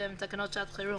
שהן תקנות שעת חירום